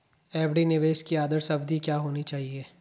FD निवेश की आदर्श अवधि क्या होनी चाहिए?